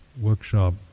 workshop